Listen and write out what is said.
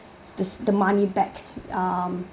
this the money back um